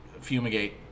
Fumigate